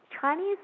Chinese